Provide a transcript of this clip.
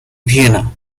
vienna